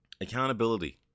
accountability